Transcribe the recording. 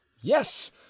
yes